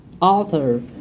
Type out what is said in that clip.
author